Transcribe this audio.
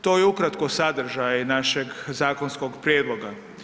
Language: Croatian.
To je ukratko sadržaj našeg zakonskog prijedloga.